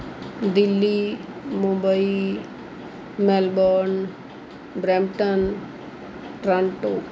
Delhi Mumbai Melbourne Brampton Toronto